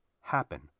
happen